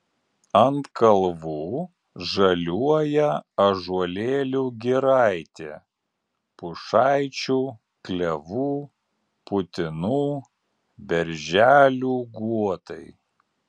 ant kalvų žaliuoja ąžuolėlių giraitė pušaičių klevų putinų berželių guotai